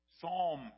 Psalm